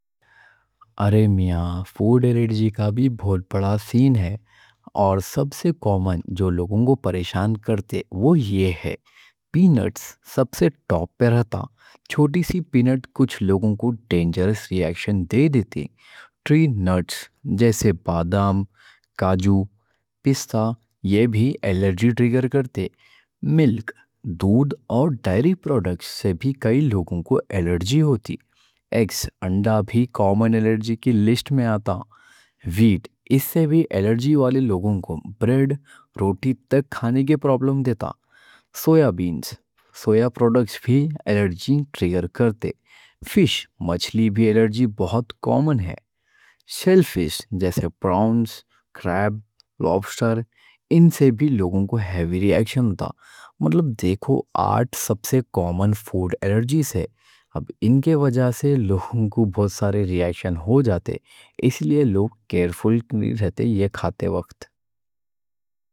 ارے میاں فوڈ الرجی کا بھی بہت بڑا سین ہے۔ اور سب سے کامن جو لوگوں کوں پریشان کرتے وہ یہ ہے: پی نٹس سب سے ٹاپ پہ رہتا، چھوٹی سی پی نٹ کچھ لوگوں کو ڈینجرس ری ایکشن دے دیتی۔ ٹری نٹس جیسے بادام، کاجو، پستہ یہ بھی الرجی ٹریگر کرتے۔ ملک، دودھ اور ڈیری پروڈکٹس سے بھی کائیں لوگوں کوں الرجی ہوتی۔ ایگز، انڈا بھی کامن الرجی کی لسٹ میں آتا۔ ویٹ اس سے بھی الرجی والے لوگوں کوں بریڈ، روٹی تک کھانے کے پرابلم دیتا۔ سویا بینز، سویا پروڈکٹس بھی الرجی ٹریگر کرتے۔ فش، مچھلی بھی الرجی بہت کامن ہے۔ شیل فش جیسے پراؤنز، کریب، لوبسٹر ان سے بھی لوگوں کوں ہیوی ری ایکشن دیتا۔ مطلب دیکھو، آٹھ سب سے کامن فوڈ الرجی سے۔ اب ان کی وجہ سے لوگوں کوں بہت سارے ری ایکشن ہو جاتے۔ اس لئے لوگ کیر فل نہیں رہتے یہ کھاتے وقت۔